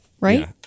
Right